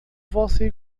você